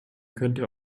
könnte